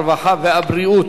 הרווחה והבריאות.